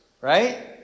right